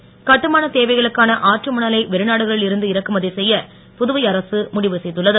மணல் கட்டுமானத் தேவைகளுக்கான ஆற்று மணலை வெளிநாடுகளில் இருந்து இறக்குமதி செய்ய புதுவை அரசு முடிவு செய்துள்ளது